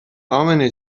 امنه